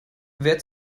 wer